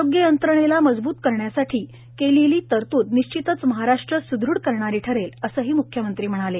आरोग्य यंत्रणेला मजबूत करण्यासाठी केलेली तरतूद निश्वितच महाराष्ट्र सुदृढ करणारी ठरेल असेही मुख्यमंत्री म्हणाले